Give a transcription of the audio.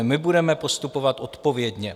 My budeme postupovat odpovědně.